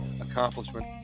accomplishment